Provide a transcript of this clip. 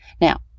Now